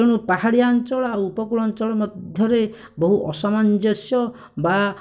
ତେଣୁ ପାହାଡ଼ିଆ ଅଞ୍ଚଳ ଆଉ ଉପକୂଳ ଅଞ୍ଚଳ ମଧ୍ୟରେ ବହୁ ଅସାମଞ୍ଜଶ୍ୟ ବା